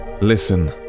listen